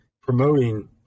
promoting